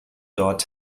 dort